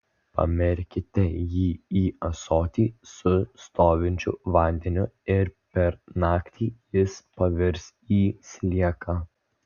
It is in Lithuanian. pamerkite jį į ąsotį su stovinčiu vandeniu ir per naktį jis pavirs į slieką